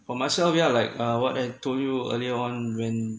for myself yeah like what I told you earlier on when